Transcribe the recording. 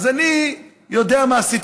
אם לא מכינים לו טקסט הוא לא יודע מה להגיד.